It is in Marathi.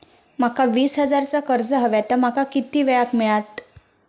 माका वीस हजार चा कर्ज हव्या ता माका किती वेळा क मिळात?